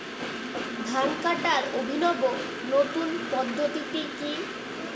ধান কাটার অভিনব নতুন পদ্ধতিটি কি?